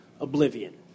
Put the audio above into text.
oblivion